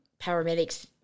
paramedics